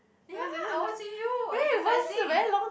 ya I was with you exercising